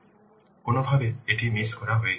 সুতরাং কোনওভাবে এটি মিস করা হয়েছে